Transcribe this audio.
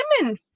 women